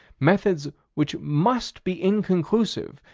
methods which must be inconclusive,